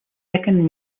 second